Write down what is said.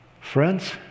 friends